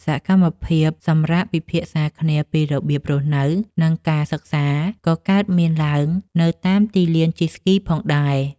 សកម្មភាពសម្រាកពិភាក្សាគ្នាពីរបៀបរស់នៅ និងការសិក្សា ក៏កើតមានឡើងនៅតាមទីលានជិះស្គីផងដែរ។